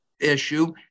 issue